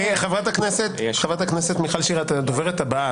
חברת הכנסת מיכל שיר, את הדוברת הבאה.